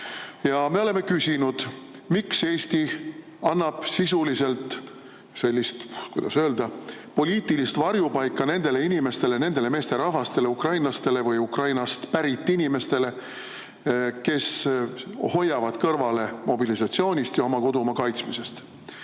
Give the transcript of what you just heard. me oleme küsinud, miks Eesti annab sisuliselt sellist, kuidas öelda, poliitilist varjupaika nendele inimestele, nendele meesterahvastele, ukrainlastele või Ukrainast pärit inimestele, kes hoiavad kõrvale mobilisatsioonist ja oma kodumaa kaitsmisest.